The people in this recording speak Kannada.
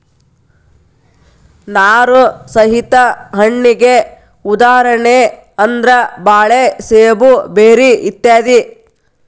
ನಾರು ಸಹಿತ ಹಣ್ಣಿಗೆ ಉದಾಹರಣೆ ಅಂದ್ರ ಬಾಳೆ ಸೇಬು ಬೆರ್ರಿ ಇತ್ಯಾದಿ